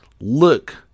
look